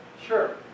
Sure